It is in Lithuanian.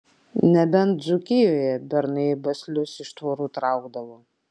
nebent dzūkijoje bernai baslius iš tvorų traukdavo